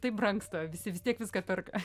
taip brangsta visi vis tiek viską perka